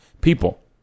people